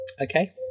Okay